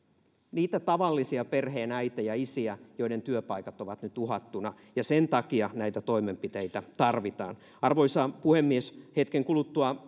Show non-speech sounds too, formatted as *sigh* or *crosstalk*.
niitä tavallisia perheenäitejä ja isiä joiden työpaikat ovat nyt uhattuna ja sen takia näitä toimenpiteitä tarvitaan arvoisa puhemies hetken kuluttua *unintelligible*